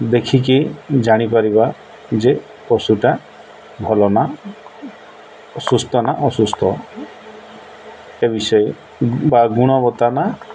ଦେଖିକି ଜାଣିପାରିବା ଯେ ପଶୁଟା ଭଲ ନା ସୁସ୍ଥ ନା ଅସୁସ୍ଥ ଏ ବିଷୟ ବା ଗୁଣବତ୍ତାନା